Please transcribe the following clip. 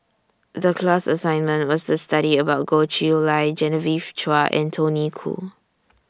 The class assignment was The study about Goh Chiew Lye Genevieve Chua and Tony Khoo